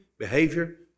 Behavior